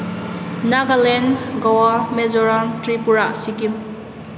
Nagaland Goa Mizoram Tripura Sikkim